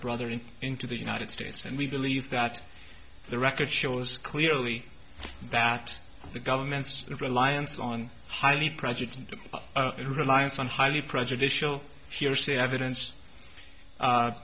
brother in into the united states and we believe that the record shows clearly that the government's reliance on highly prejudicial reliance on highly prejudicial shears the evidence